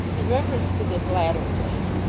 in reference to this latter point,